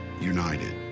united